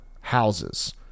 houses